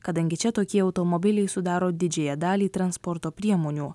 kadangi čia tokie automobiliai sudaro didžiąją dalį transporto priemonių